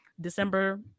December